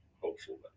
hopeful